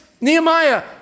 Nehemiah